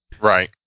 Right